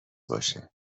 باشه